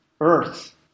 earth